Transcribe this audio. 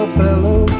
fellow